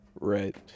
Right